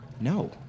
No